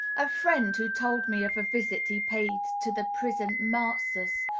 a friend who told me of a visit he paid to the prison mazas,